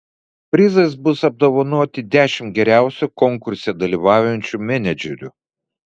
prizais bus apdovanoti dešimt geriausių konkurse dalyvaujančių menedžerių